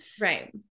right